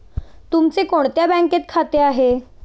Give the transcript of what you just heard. तुमचे कोणत्या बँकेत खाते आहे?